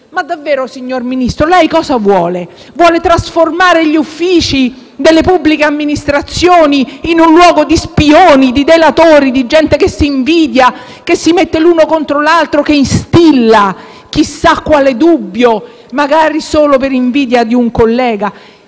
Ma davvero, signor Ministro, lei cosa vuole? Vuole trasformare gli uffici delle pubbliche amministrazioni in un luogo di spioni, di delatori, di gente che si invidia e si mette l'uno contro l'altro, che instilla chissà quale dubbio, magari solo per invidia di un collega?